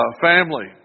family